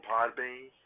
Podbean